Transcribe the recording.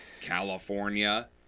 California